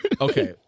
Okay